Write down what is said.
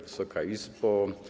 Wysoka Izbo!